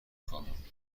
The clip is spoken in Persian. خواهم